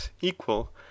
equal